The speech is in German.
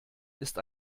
ist